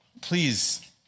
please